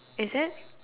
is it